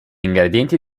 ingredienti